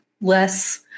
less